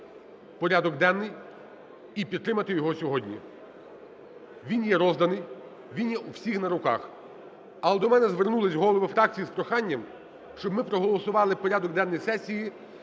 порядок денний і підтримати його сьогодні. Він є розданий, він є у всіх на руках. Але до мене звернулись голови фракцій з проханням, щоб ми проголосували порядок денний сесії